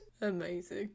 Amazing